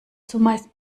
zumeist